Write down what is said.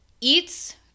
eats